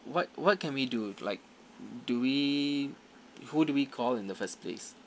what what can we do like do we who do we call in the first place